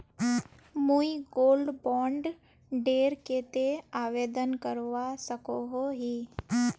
मुई gold bond डेर केते आवेदन करवा सकोहो ही?